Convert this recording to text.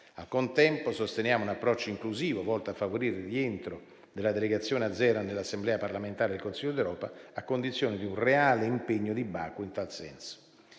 Al contempo, sosteniamo un approccio inclusivo volto a favorire il rientro della delegazione azera nell'Assemblea parlamentare del Consiglio d'Europa, a condizione di un reale impegno di Baku in tal senso.